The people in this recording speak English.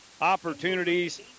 opportunities